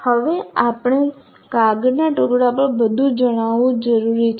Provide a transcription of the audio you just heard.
હવે આપણે કાગળના ટુકડા પર બધું જણાવવું જરૂરી છે